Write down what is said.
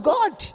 God